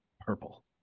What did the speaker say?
purple